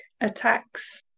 attacks